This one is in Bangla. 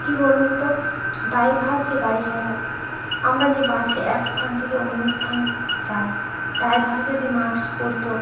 কী বলুন তো ড্রাইভার যে গাড়ি চালায় আমরা যে বাসে এক স্থান থেকে অন্য স্থানে যাই ড্রাইভার যদি মাস্ক পরতো